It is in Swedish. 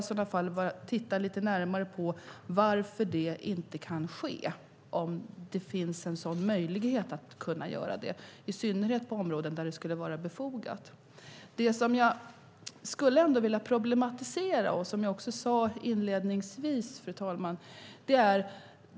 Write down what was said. Man får i så fall titta lite närmare på varför det inte kan ske om det finns en sådan möjlighet att göra det i synnerhet på områden där det skulle kunna vara befogat. Fru talman! Som jag sade inledningsvis skulle jag vilja problematisera en fråga.